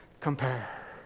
compare